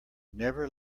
never